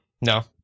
No